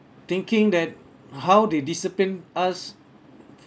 thinking that how they discipline us